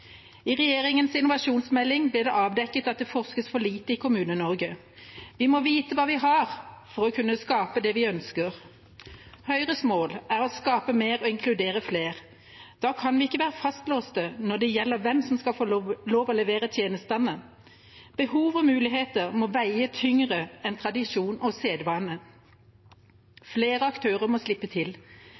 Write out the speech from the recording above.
I regjeringas innovasjonsmelding ble det avdekket at det forskes for lite i Kommune-Norge. Vi må vite hva vi har, for å kunne skape det vi ønsker. Høyres mål er å skape mer og inkludere flere. Da kan vi ikke være fastlåste når det gjelder hvem som skal få lov til å levere tjenestene. Behov og muligheter må veie tyngre enn tradisjon og sedvane. Flere aktører må slippe til.